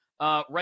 right